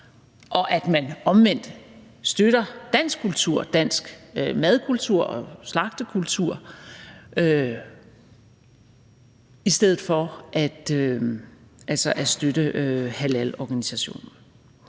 og at man omvendt støtter dansk kultur, dansk madkultur og slagtekultur i stedet for at støtte halalorganisationen.